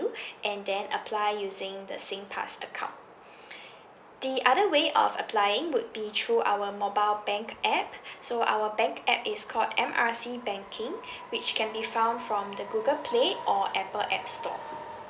and then apply using the SingPass account the other way of applying would be through our mobile bank app so our bank app is called M R C banking which can be found from the Google play or Apple apps store